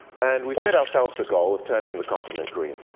and we set ourselves a goal of turning the continent green.